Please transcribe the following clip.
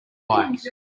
bike